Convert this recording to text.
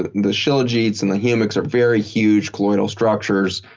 the the shilajits and the humics are very huge, colloidal structures,